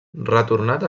retornat